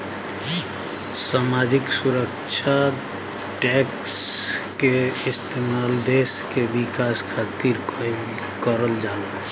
सामाजिक सुरक्षा टैक्स क इस्तेमाल देश के विकास खातिर करल जाला